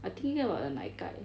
I think here got the 奶盖